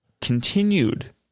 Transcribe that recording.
continued